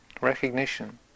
recognition